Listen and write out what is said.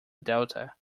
delta